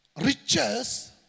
riches